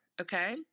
okay